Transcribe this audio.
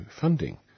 funding